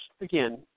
again